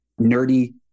nerdy